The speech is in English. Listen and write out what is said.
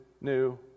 new